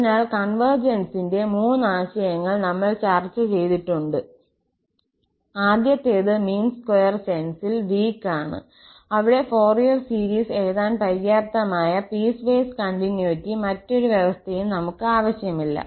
അതിനാൽ കോൺവെർജൻസിന്റെ മൂന്ന് ആശയങ്ങൾ നമ്മൾ ചർച്ച ചെയ്തിട്ടുണ്ട് ആദ്യത്തേത് മീൻ സ്ക്വയർ സെൻസിൽ വീക്ക് ആണ് അവിടെ ഫോറിയർ സീരീസ് എഴുതാൻ പര്യാപ്തമായ പീസ്വൈസ് കണ്ടിന്യൂറ്റി മറ്റൊരു വ്യവസ്ഥയും നമുക്ക് ആവശ്യമില്ല